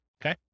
Okay